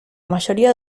mayoría